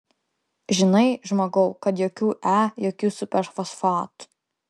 žinai žmogau kad jokių e jokių superfosfatų